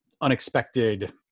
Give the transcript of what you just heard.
unexpected